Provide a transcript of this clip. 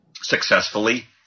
successfully